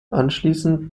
anschließend